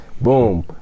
boom